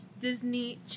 disney